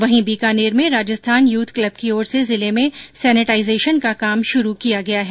वहीं बीकानेर में Rajasthan youth club की ओर से जिले में सनेटाईजेशन का काम शुरू किया गया है